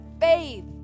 faith